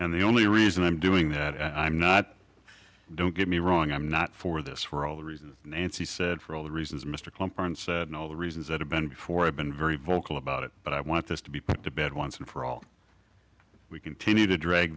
and the only reason i'm doing that i'm not don't get me wrong i'm not for this for all the reasons nancy said for all the reasons mr camperdown said and all the reasons that have been before i've been very vocal about it but i want this to be put to bed once and for all we continue to drag